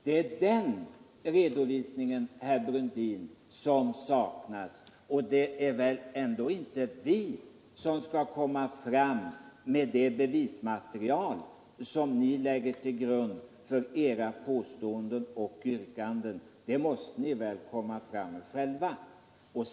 Det är den redovisningen som saknas, herr Brundin, och det är väl ändå inte vi som skall komma fram med det bevismaterial, som ni lägger till grund för edra påståenden och yrkanden. Det materialet måste ni väl själva framlämna.